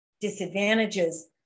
disadvantages